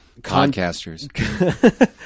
podcasters